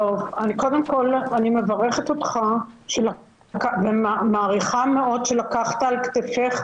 קודם כל אני מברכת אותך ומעריכה מאוד שלקחת על כתפיך